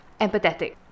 empathetic